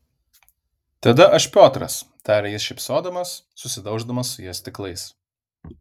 tada aš piotras tarė jis šypsodamas susidauždamas su ja stiklais